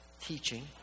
Teaching